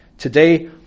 Today